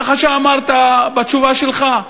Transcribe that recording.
ככה אמרת בתשובה שלך.